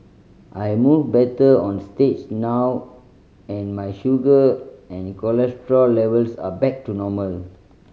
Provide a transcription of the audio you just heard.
I move better on stage now and my sugar and cholesterol levels are back to normal